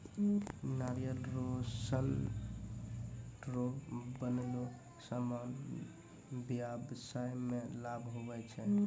नारियल रो सन रो बनलो समान व्याबसाय मे लाभ हुवै छै